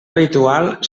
habitual